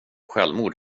självmord